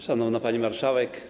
Szanowna Pani Marszałek!